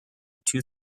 two